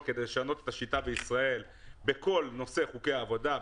כדי לשנות את השיטה בישראל בכל נושא חוקי העבודה,